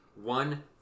one